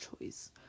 choice